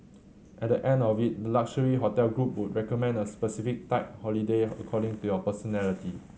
at the end of it the luxury hotel group would recommend a specific type holiday according to your personality